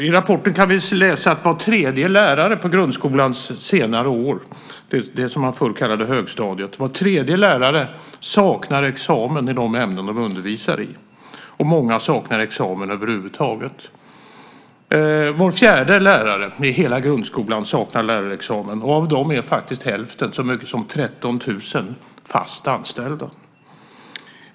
I rapporten kan vi läsa att var tredje lärare på grundskolans senare år, det som man förr kallade högstadiet, saknar examen i de ämnen de undervisar i. Många saknar examen över huvud taget. Var fjärde lärare i hela grundskolan saknar lärarexamen. Av dem är faktiskt hälften, så många som 13 000, fast anställda.